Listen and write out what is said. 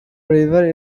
river